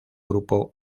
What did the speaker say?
grupo